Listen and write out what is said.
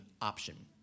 option